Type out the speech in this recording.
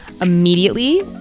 immediately